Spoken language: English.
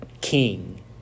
king